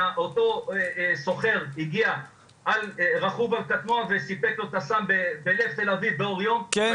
ואותו סוחר הגיע רכוב על קטנוע וסיפק לו את הסם בלב תל אביב --- כן,